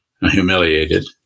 humiliated